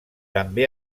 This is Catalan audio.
també